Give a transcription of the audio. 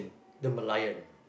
the Merlion